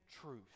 truth